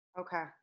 Okay